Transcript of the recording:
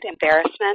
embarrassment